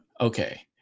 Okay